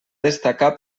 destacar